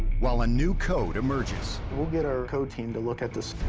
while a new code emerges. we'll get our code team to look at this.